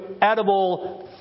edible